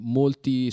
molti